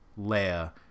Leia